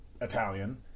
Italian